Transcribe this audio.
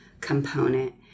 component